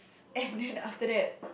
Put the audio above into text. and then after that